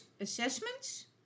assessments